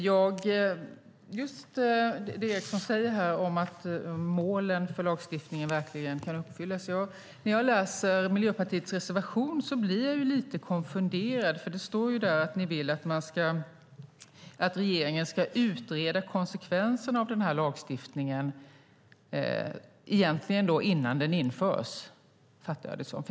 Herr talman! Eriksson säger här att han är mån om att målen med lagstiftningen verkligen kan uppfyllas. När jag läser Miljöpartiets reservation blir jag lite konfunderad. Det står där att ni vill att regeringen ska utreda konsekvenserna av den här lagstiftningen, egentligen innan den införs, uppfattar jag det som.